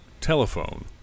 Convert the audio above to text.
telephone